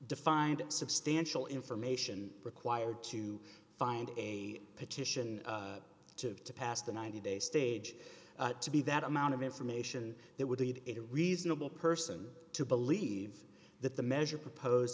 defined substantial information required to find a petition to pass the ninety day stage to be that amount of information that would lead a reasonable person to believe that the measure propose